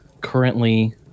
currently